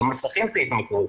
גם מסכים זה התמכרות,